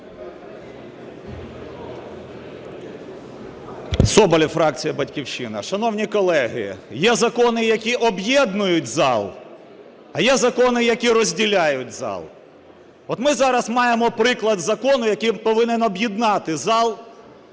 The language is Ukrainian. Соболєв, фракція "Батьківщина". Шановні колеги, є закони, які об'єднують зал, а є закони, які розділяють зал. От ми зараз маємо приклад закону, який повинен об'єднати зал,